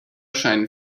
scheinen